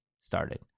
started